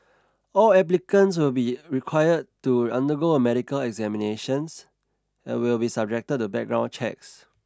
all applicants will be required to undergo a medical examinations and will be subject to background checks